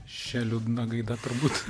šia liūdna gaida turbūt